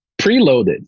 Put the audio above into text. preloaded